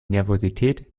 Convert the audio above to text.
nervosität